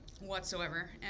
Whatsoever